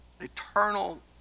eternal